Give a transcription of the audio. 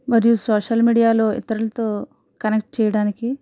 మరియు సోషల్ మీడియాలో ఇతరులతో కనెక్ట్ చేయడానికి